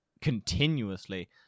continuously